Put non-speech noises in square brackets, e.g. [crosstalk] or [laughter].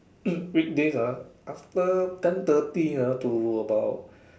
[coughs] weekdays ah after ten thirty ah to about